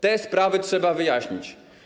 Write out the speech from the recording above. Te sprawy trzeba wyjaśnić.